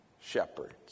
shepherds